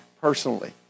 personally